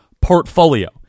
portfolio